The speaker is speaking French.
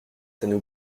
nous